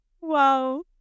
Wow